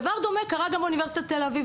דבר דומה קרה גם באוניברסיטת תל אביב,